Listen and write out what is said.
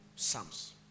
Psalms